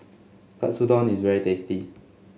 Katsudon is very tasty